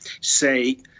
say